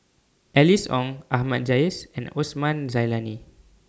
Alice Ong Ahmad Jais and Osman Zailani